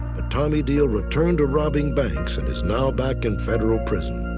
but tommy diehl returned to robbing banks and is now back in federal prison.